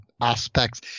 aspects